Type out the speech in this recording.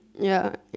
ya